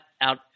out